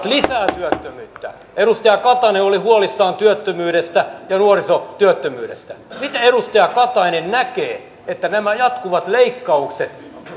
lisää työttömyyttä edustaja katainen oli huolissaan työttömyydestä ja nuorisotyöttömyydestä miten edustaja katainen näkee että nämä jatkuvat leikkaukset